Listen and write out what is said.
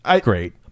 great